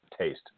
taste